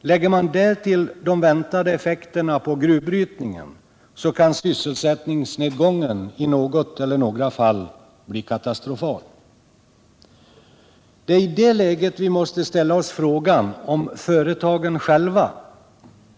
Lägger man därtill de väntade effekterna på gruvbrytningen, så kan sysselsättningsnedgången i något eller några fall bli katastrofal. Det är i det läget vi måste ställa oss frågan om företagen själva,